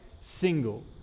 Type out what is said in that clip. single